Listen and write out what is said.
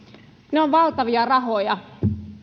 ne ovat valtavia rahoja